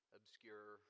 obscure